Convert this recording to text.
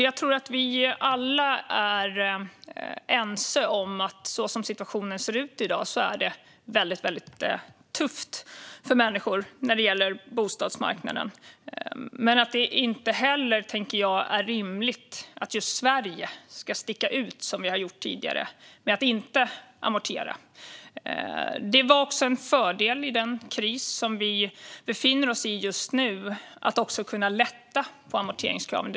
Jag tror att vi alla är ense om att så som situationen ser ut i dag är det väldigt tufft för människor på bostadsmarknaden. Men det är heller inte rimligt att just Sverige ska sticka ut så som vi har gjort tidigare genom att inte amortera. Det har också varit en fördel i den kris som vi befinner oss i just nu att kunna lätta på amorteringskraven.